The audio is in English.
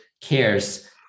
cares